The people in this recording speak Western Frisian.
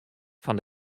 fan